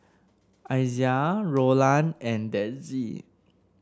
Izaiah Rolland and Dezzie